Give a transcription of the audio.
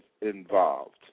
involved